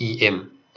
EM